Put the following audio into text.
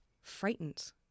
frightened